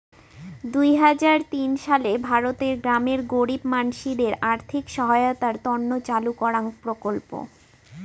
দুই হাজার তিন সালে ভারতের গ্রামের গরীব মানসিদের আর্থিক সহায়তার তন্ন চালু করাঙ প্রকল্প